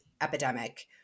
epidemic